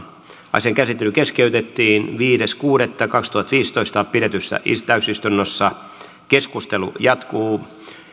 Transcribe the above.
asian käsittely keskeytettiin viides kuudetta kaksituhattaviisitoista pidetyssä täysistunnossa keskustelu jatkuu